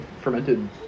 fermented